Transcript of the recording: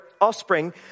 offspring